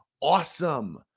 awesome